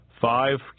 five